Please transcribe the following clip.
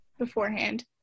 beforehand